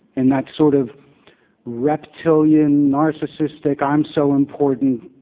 in that sort of reptilian, narcissistic, i'm so important,